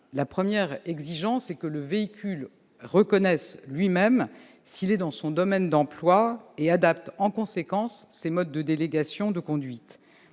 la première exigence est que le véhicule reconnaisse lui-même s'il est dans son domaine d'emploi et adapte en conséquence ses modes de délégation de conduite.